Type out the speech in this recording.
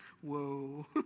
Whoa